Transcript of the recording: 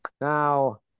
now